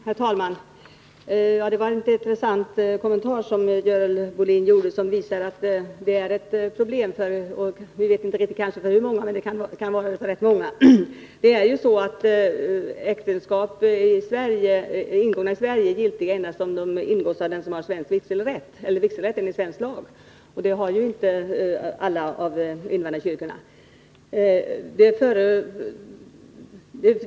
Herr talman! Det var en intressant kommentar som Görel Bohlin gjorde. Den visar att detta är ett problem; vi vet inte riktigt för hur många, men det kan vara det för rätt många. Äktenskap ingångna i Sverige är giltiga endast om de förrättas av den som har vigselrätt enligt svensk lag, och det har ju inte alla invandrarkyrkor.